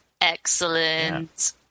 excellent